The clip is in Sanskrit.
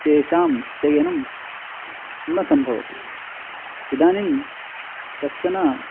तेषां चयनं न सम्भवति इदानीं कश्चन